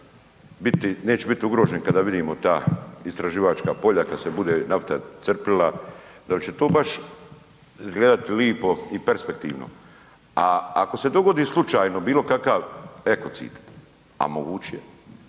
neće biti ugrožen kada vidimo ta istraživačka polja kada se bude nafta crpila? Da li će to baš izgledati lijepo i perspektivno? A ako se dogodi slučajno bilo kakav ekocit a moguć